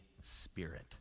Spirit